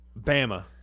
Bama